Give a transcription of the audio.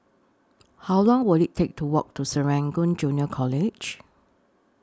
How Long Will IT Take to Walk to Serangoon Junior College